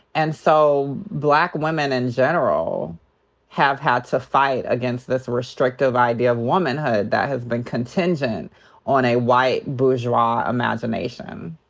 and so black women in general have had to fight against this restrictive idea of womanhood that has been contingent on a white bourgeois imagination.